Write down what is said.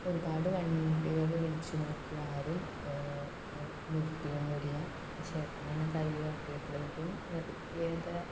ഒരുപാട് വണ്ടികള് വിളിച്ച് നോക്കി ആരും നിർത്തിയൊന്നുവില്ല ചേട്ടനാണ് കൈ കാട്ടിയപ്പളേക്കും നിർത്തിയത്